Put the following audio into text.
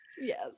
Yes